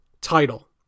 title